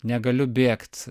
negaliu bėgt